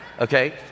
Okay